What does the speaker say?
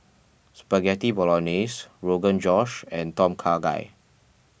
Spaghetti Bolognese Rogan Josh and Tom Kha Gai